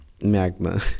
magma